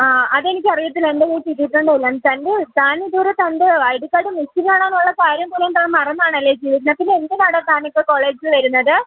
ആ അതെനിക്കറിയത്തില്ല എൻറ്റെ ഇതീത്തനുള്ളൂ തൻ്റെ താനിതുവരെ തൻ്റെ ഐ ഡി കാഡ് മിസ്സിങ്ങാണെന്നുള്ള കാര്യം പോലും താൻ മറന്നാണല്ലേ ഇരിക്കുന്നത് പിന്നെന്തിനാടോ താനൊക്കെ കോളേജിൽ വരുന്നത്